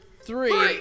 Three